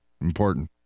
important